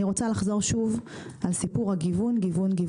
אנחנו חייבים לגוון את ההייטק.